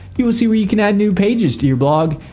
you will see where you can add new pages to your blog.